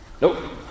Nope